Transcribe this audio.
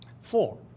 Four